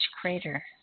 crater